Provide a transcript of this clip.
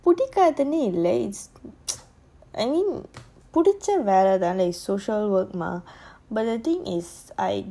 புடிக்காதுனுஇல்ல:pudikathunu illa social work mah but the thing is I